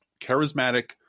charismatic